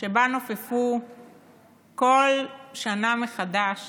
שבה נופפו כל שנה מחדש